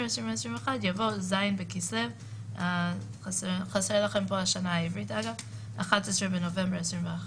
2021)" יבוא "ז' בכסלו (11 בנובמבר 2021)"."